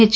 H